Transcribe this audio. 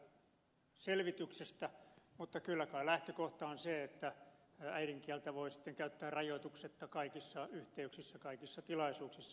arhinmäkeä tästä selvityksestä mutta kyllä kai lähtökohta on se että äidinkieltä voi sitten käyttää rajoituksetta kaikissa yhteyksissä kaikissa tilaisuuksissa